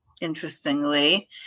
interestingly